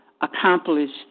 accomplished